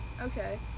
Okay